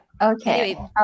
Okay